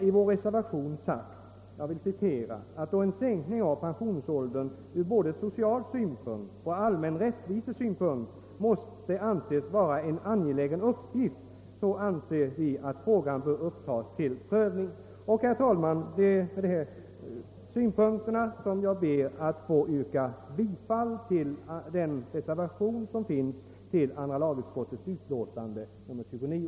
I vår reservation heter det: »Då en sänkning av pensionsåldern ur både social synpunkt och allmän rättvisesynpunkt måste anses vara en angelägen uppgift anser utskottet att frågan bör upptagas till prövning.» Herr talman! Med dessa synpunkter ber jag att få yrka bifall till den reservation, som finns fogad till andra lagutskottets utlåtande nr 29.